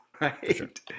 right